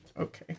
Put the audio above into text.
Okay